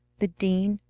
the dean,